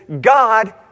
God